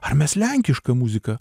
ar mes lenkišką muziką